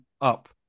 up